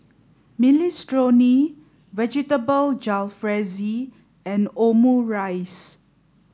Minestrone Vegetable Jalfrezi and Omurice